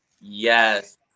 Yes